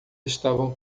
estavam